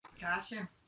Gotcha